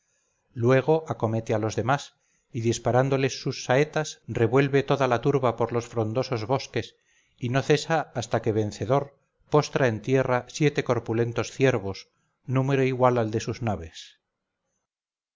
luego acomete a los demás y disparándoles sus saetas revuelve toda la turba por los frondosos bosques y no cesa hasta que vencedor postra en tierra siete corpulentos ciervos número igual al de sus naves